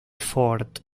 fort